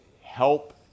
help